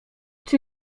czy